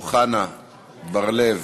אוחנה, בר-לב,